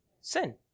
sin